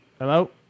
Hello